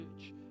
church